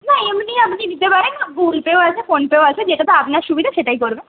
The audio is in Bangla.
না এমনি আপনি দিতে পারেন গুগুল পেও আছে ফোন পেও আছে যেটাতে আপনার সুবিধা সেটাই করবেন